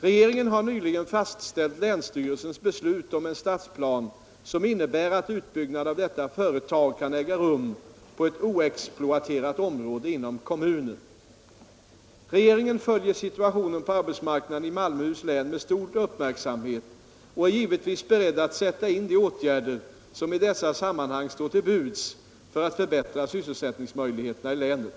Regeringen har nyligen fastställt länsstyrelsens beslut om en stadsplan som innebär att utbyggnad av detta företag kan äga rum på ett oexploaterat område inom kommunen. Regeringen följer situationen på arbetsmarknaden i Malmöhus län med stor uppmärksamhet och är givetvis beredd att sätta in de åtgärder som i dessa sammanhang står till buds för att förbättra sysselsättningsmöjligheterna i länet.